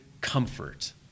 comfort